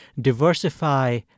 diversify